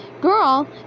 girl